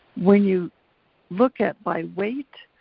when you look at, by weight,